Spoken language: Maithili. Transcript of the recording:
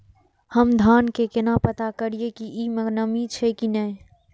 हम धान के केना पता करिए की ई में नमी छे की ने?